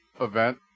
event